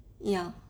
ya